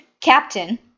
Captain